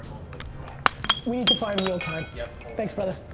like we need to find real time. yeah thanks, brother.